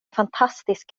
fantastisk